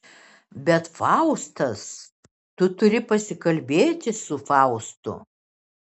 bet faustas tu turi pasikalbėti su faustu